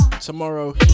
tomorrow